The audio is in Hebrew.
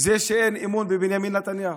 זה שאין אמון בבנימין נתניהו.